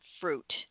fruit